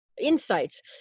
insights